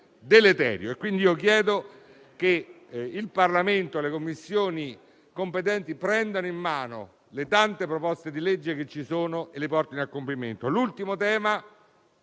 deleterio e quindi chiedo che il Parlamento e le Commissioni competenti prendano in mano le tante proposte di legge che ci sono e le portino a compimento. L'ultimo tema